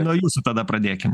nuo jūsų tada pradėkim